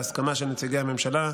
בהסכמה של נציגי הממשלה,